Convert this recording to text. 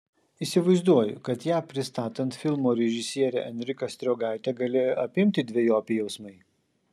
įsivaizduoju kad ją pristatant filmo režisierę enriką striogaitę galėjo apimti dvejopi jausmai